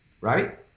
right